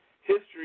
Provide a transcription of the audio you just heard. history